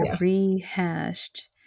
rehashed